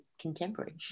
contemporary